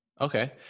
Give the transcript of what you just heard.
Okay